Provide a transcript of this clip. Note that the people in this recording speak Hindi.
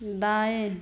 दाएँ